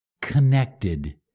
connected